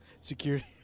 security